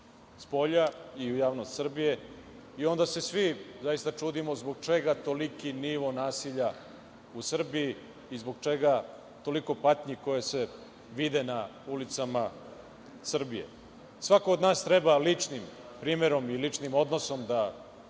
i u javnost Srbije. Onda se svi čudimo zbog čega toliki nivo nasilja u Srbiji i zbog čega toliko patnji koje se vide na ulicama Srbije. Svako od nas treba ličnim primerom i ličnim odnosom da